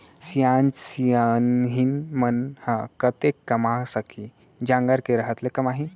सियान सियनहिन मन ह कतेक कमा सकही, जांगर के रहत ले कमाही